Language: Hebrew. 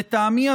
לטעמי,